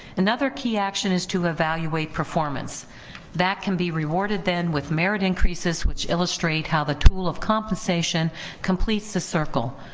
another key action, is to evaluate performance that can be rewarded then with merit increases which illustrate how the tool of compensation completes the circle,